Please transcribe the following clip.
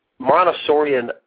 Montessorian